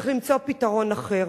צריך למצוא פתרון אחר.